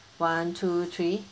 one two three